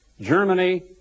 Germany